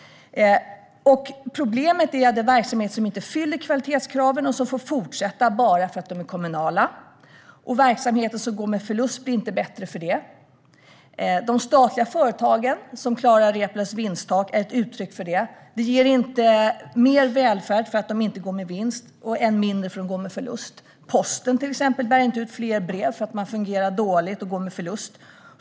Problemet är de verksamheter som inte fyller kvalitetskraven och som får fortsätta bara för att de är kommunala. Verksamheter som går med förlust blir inte bättre för det. De statliga företagen, som klarar Reepalus vinsttak, är ett uttryck för detta. Att de inte går med vinst ger inte mer välfärd - snarare ger de mindre välfärd för att de går med förlust. Posten bär till exempel inte ut fler brev för att man fungerar dåligt och går med förlust.